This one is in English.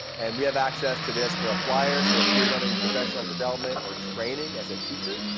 and we have access to this for a flier. so if you're running professional development or training as a teacher.